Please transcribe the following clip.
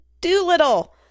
Doolittle